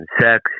sex